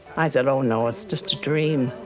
i said, oh no, it's just a dream.